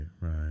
right